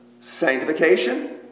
Sanctification